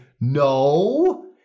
no